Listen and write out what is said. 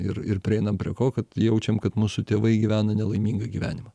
ir ir prieinam prie ko kad jaučiam kad mūsų tėvai gyvena nelaimingą gyvenimą